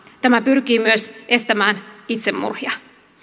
tämä pyrkii myös estämään itsemurhia